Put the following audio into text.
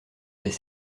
des